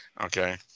Okay